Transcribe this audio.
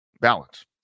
Balance